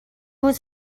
was